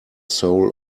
soul